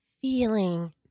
feeling